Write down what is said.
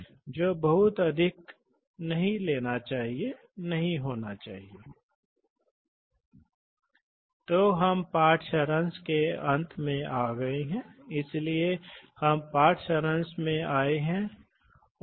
और स्पष्ट रूप से गति नियंत्रण या तो हाइड्रोलिक्स या इलेक्ट्रिक की तुलना में न्यूमेटिक्स में कम सटीक है